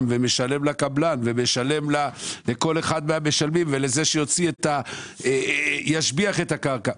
ומשלם לקבלן ומשלם לכל אחד מהמשלמים ולזה שישביח את הקרקע.